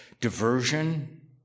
diversion